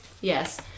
Yes